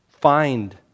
find